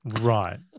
Right